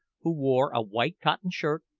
who wore a white cotton shirt,